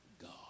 God